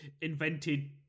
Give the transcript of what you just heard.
invented